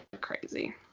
crazy